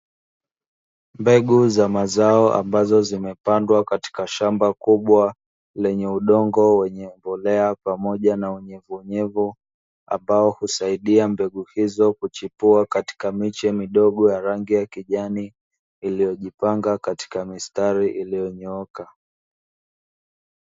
Mbegu za mazao ambazo zimepandwa katika shamba kubwa lenye udongo wenye mbolea pamoja na unyevuunyevu, ambao husaidia mbegu hizo kuchipua katika miche midogo ya rangi ya kijani iliyojipanga katika mistari iliyonyooka.